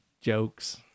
jokes